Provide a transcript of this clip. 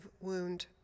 wound